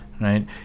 Right